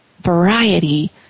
variety